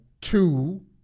two